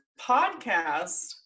podcast